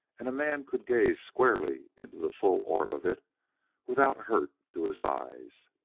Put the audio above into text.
and a man could gaze squarely into the full orb of it without hurt to his eyes.